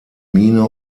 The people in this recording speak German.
mine